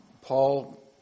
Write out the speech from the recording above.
Paul